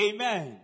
Amen